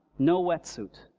no wetsuit!